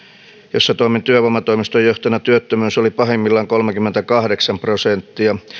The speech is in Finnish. jossa toimin työvoimatoimiston johtajana työttömyys oli pahimmillaan kolmekymmentäkahdeksan prosenttia